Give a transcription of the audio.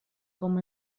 com